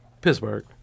Pittsburgh